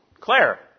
Claire